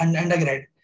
undergrad